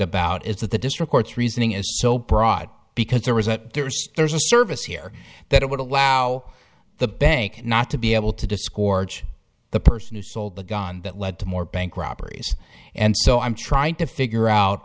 about is that the district court's reasoning is so broad because there was a there's there's a service here that would allow the bank not to be able to discords the person who sold the gun that led to more bank robberies and so i'm trying to figure out